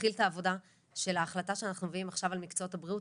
להתחיל את העבודה של ההחלטה שאנחנו מביאים עכשיו על מקצועות הבריאות,